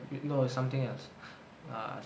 no it's something else uh